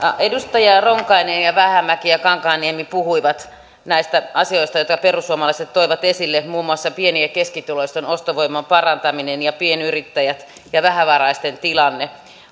edustaja ronkainen vähämäki ja kankaanniemi puhuivat näistä asioista joita perussuomalaiset toivat esille muun muassa pieni ja keskituloisten ostovoiman parantaminen ja pienyrittäjät ja vähävaraisten tilanne